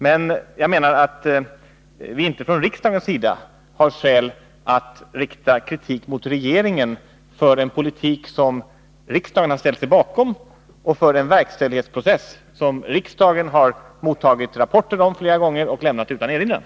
Men jag menar att vi från riksdagens sida inte har skäl att rikta kritik mot regeringen för en politik som riksdagen har ställt sig bakom och för en verkställighetsprocess som riksdagen flera gånger har mottagit rapporter om och lämnat utan erinran.